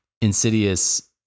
Insidious